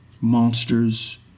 Monsters